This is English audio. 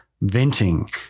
Venting